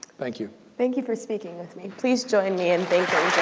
thank you. thank you for speaking with me. please, join me in thanking